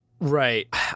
Right